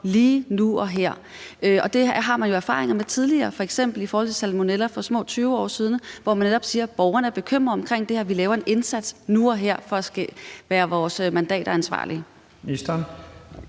lige nu og her. Det har man jo erfaringer med fra tidligere, f.eks. i forhold til salmonella fra for små 20 år siden, hvor man netop sagde: Borgerne er bekymrede for det her, så vi laver en indsats nu og her for at være os vores ansvar